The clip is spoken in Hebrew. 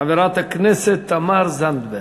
חברת הכנסת תמר זנדברג.